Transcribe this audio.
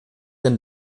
denn